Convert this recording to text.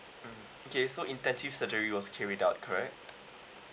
mm okay so intensive surgery was carry out correct